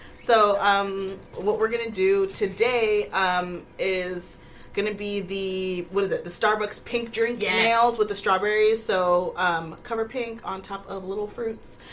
so um what we're gonna do today um is gonna be the what is it? the starbucks pink during gals with the strawberries, so covered on top of little fruits.